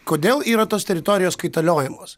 kodėl yra tos teritorijos kaitaliojamos